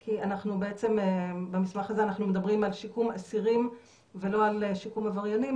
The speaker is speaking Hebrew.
כי במסמך הזה אנחנו מדברים על שיקום אסירים ולא על שיקום עבריינים,